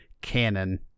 Canon